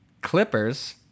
Clippers